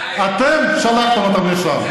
אתם שלחתם אותם לשם.